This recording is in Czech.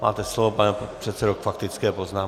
Máte slovo, pane předsedo, k faktické poznámce.